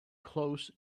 close